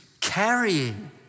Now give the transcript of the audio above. carrying